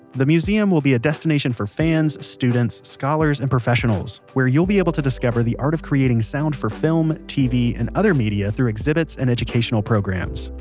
the museum will be a destination for fans, students, scholars, and professionals where you'll be able to discover the art of creating sound for film, tv, and other media through exhibits and educational programs.